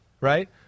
right